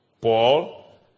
Paul